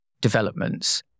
developments